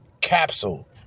Capsule